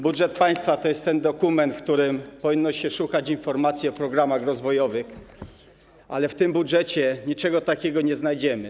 Budżet państwa to jest ten dokument, w którym powinno się szukać informacji o programach rozwojowych, ale w tym budżecie niczego takiego nie znajdziemy.